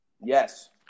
Yes